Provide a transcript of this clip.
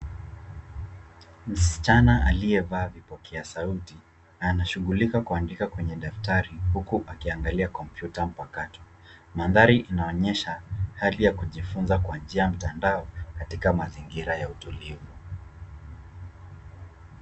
Msichana aliyevaa vipokea sauti na anashughulika kuandika kwenye daftari uku akiangalia kompyuta mpakato. Mandhari inaonyesha hali ya kujifuza kwa njia ya mtandao katika mazingira ya utulivu.